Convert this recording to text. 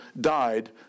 died